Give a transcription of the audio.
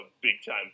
big-time